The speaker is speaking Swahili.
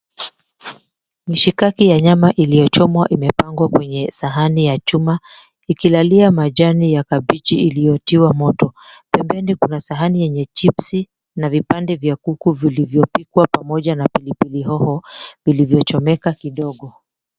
Mishikaki ya nyama ilioyochomwa imepangwa kwenye sahani ya chuma ikilalia majani ya kabiji iliyotiwa moto. Pembeni kuna sahani yenye chipsi na vipande vya kuku vilivyopikwa pamoja na pilipili hoho iliyochomeka kidogo.